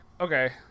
okay